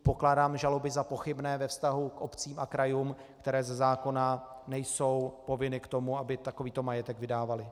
Pokládám žaloby za pochybné ve vztahu k obcím a krajům, které ze zákona nejsou povinny k tomu, aby takovýto majetek vydávaly.